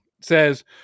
says